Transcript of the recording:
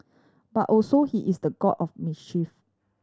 but also he is the god of mischief